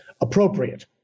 appropriate